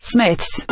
Smith's